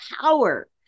power